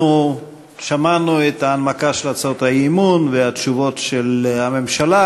שמענו את ההנמקה של הצעות האי-אמון והתשובות של הממשלה.